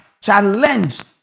challenge